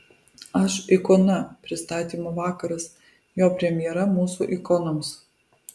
aš ikona pristatymo vakaras jo premjera mūsų ikonoms